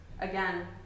again